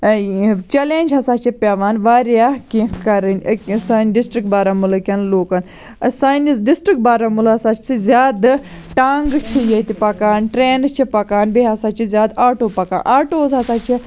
challenge ہَسا چھُ پیٚوان واریاہ کینٛہہ کَرٕنۍ أکِس سانہِ ڈِسٹک بارامُلہٕکنۍ لُوٗکَن سٲنِس ڈِسٹک بارامُلہَس ہَسا چھِ زیادٕ ٹانٛگہٕ چھِ ییٚتہِ پَکان ٹرینہٕ چھِ پَکان بییٚہِ ہَسا چھِ زیاد آٹو پَکان آٹوز ہَسا چھِ